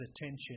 attention